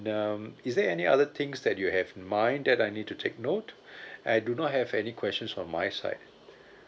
um is there any other things that you have in mind that I need to take note I do not have any questions from my side